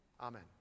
Amen